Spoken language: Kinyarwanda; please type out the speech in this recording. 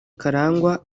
karangwa